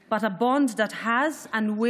בין עמינו עמוקים והחיבור שאנו חולקים הוא